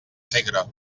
segre